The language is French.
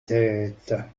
têtes